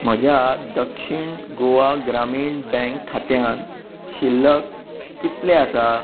म्हज्या दक्षिण गोवा ग्रामीण बँक खात्यांत शिल्लक कितलें आसा